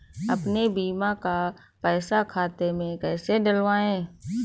अपने बीमा का पैसा खाते में कैसे डलवाए?